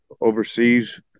overseas